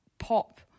Pop